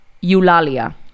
Eulalia